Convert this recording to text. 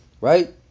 right